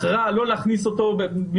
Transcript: בחרה לא להכניס אותו במפורש,